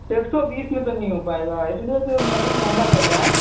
ایک سو بیس میں تو نہیں ہو پائے گا اِس لیے کہ مٹن مہنگا چل رہا ہے